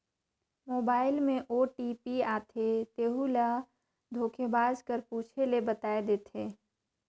mobile में OTP आथे तेहू ल धोखेबाज कर पूछे ले बताए देथे